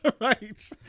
right